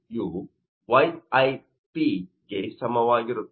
you yiP ಗೆ ಸಮವಾಗಿರುತ್ತದೆ